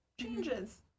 changes